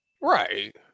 Right